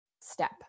step